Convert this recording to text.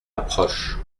approche